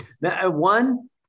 One